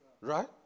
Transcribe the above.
Right